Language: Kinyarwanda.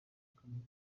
kamonyi